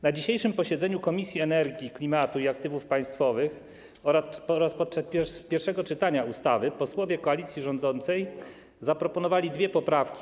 Na dzisiejszym posiedzeniu Komisji do Spraw Energii, Klimatu i Aktywów Państwowych oraz podczas pierwszego czytania ustawy posłowie koalicji rządzącej zaproponowali dwie poprawki.